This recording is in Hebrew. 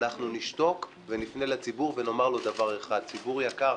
אנחנו נשתוק ונפנה לציבור ונאמר לו דבר אחד: ציבור יקר,